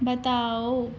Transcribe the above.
بتاؤ